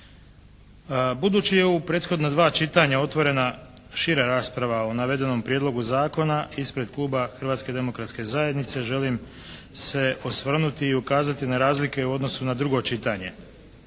je evo u prethodna dva čitanja otvorena šira rasprava o navedenom Prijedlogu zakona ispred kluba Hrvatske demokratske zajednice želim se osvrnuti i ukazati na razlike u odnosu na drugo čitanje.